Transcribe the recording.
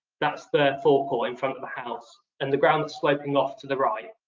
that's the forecourt in front of the house. and the ground sloping off to the right,